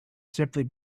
simply